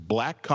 Black